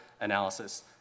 analysis